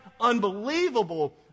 unbelievable